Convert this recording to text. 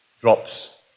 drops